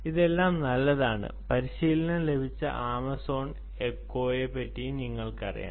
ഇതെല്ലാം നല്ലതാണ് പരിശീലനം ലഭിച്ച ആമസോൺ എക്കോയും നിങ്ങൾക്കറിയാം